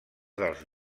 dels